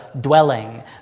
dwelling